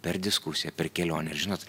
per diskusiją per kelionę ir žinot